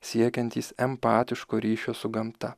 siekiantys empatiško ryšio su gamta